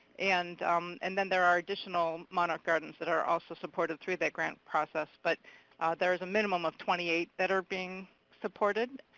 and and then there are additional monarch gardens that are also supported through the grant process. but there's a minimum of twenty eight that are being supported.